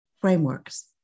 Frameworks